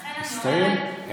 לכן, אני אומרת, מסתננים?